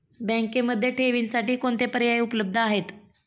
बँकेमध्ये ठेवींसाठी कोणते पर्याय उपलब्ध आहेत?